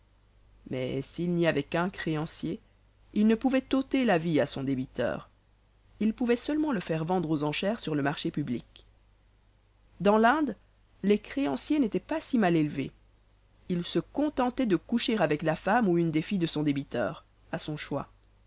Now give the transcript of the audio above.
mais s'il n'y avait qu'un créancier il ne pouvait ôter la vie à son débiteur il pouvait seulement le faire vendre aux enchères sur le marché public dans l'inde les créanciers n'étaient pas si mal élevés ils se contentaient de coucher avec la femme ou une des filles de son débiteur à son choix